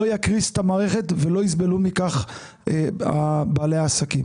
לא תגרום להקרסת המערכת ולא יסבלו מכך בעלי העסקים.